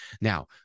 Now